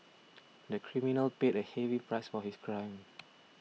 the criminal paid a heavy price for his crime